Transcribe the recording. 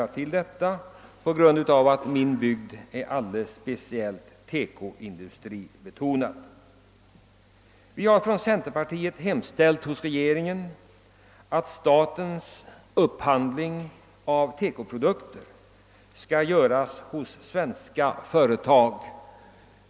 Jag har dessa problem nära inpå mig, eftersom min bygd är alldeles speciellt TEKO-industribetonad. Centerpartiet har hemställt hos regeringen, att statens upphandling av TEKO-produkter skall göras hos svenska företag.